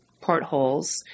portholes